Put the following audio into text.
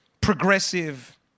progressive